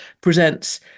presents